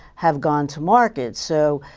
have gone to market. so,